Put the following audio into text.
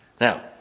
Now